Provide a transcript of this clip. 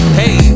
hey